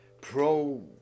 pro